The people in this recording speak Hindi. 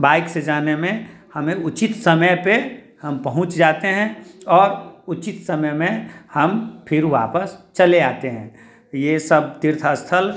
बाइक से जाने में हमें उचित समय पर हम पहुंच जाते हैं और उचित समय में हम फिर वापस चले आते हैं ये सब तीर्थ स्थल